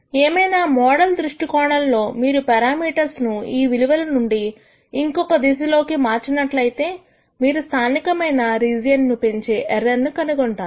ఏమైనా మోడల్ దృష్టికోణంలో మీరు పెరామీటర్స్ ను ఈ విలువల నుండి ఇంకొక దిశలో కి మార్చినట్లయితే మీరు స్థానికమైన రీజియన్ ను పెంచే ఎర్రర్ ను కనుగొంటారు